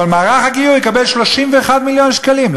אבל מערך הגיור יקבל 31 מיליון שקלים.